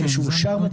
שאושר,